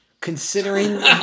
considering